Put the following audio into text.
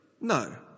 No